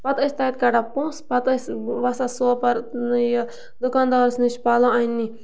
پَتہٕ ٲسۍ تَتہِ کَڑان پونٛسہٕ پَتہٕ ٲسۍ وَسان سوپَر یہِ دُکانٛدارس نِش پَلو اَنٛنہِ